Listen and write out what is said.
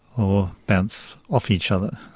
or bounce off each other.